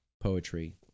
Poetry